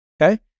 Okay